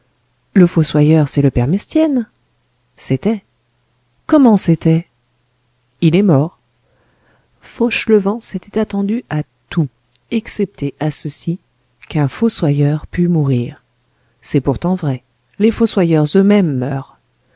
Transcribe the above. le fossoyeur c'est le père mestienne c'était comment c'était il est mort fauchelevent s'était attendu à tout excepté à ceci qu'un fossoyeur pût mourir c'est pourtant vrai les fossoyeurs eux-mêmes meurent